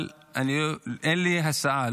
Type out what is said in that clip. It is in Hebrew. אבל אין לי הסעה,